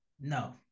no